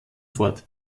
fort